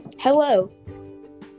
Hello